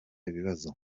ibibazo